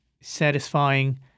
satisfying